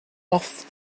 off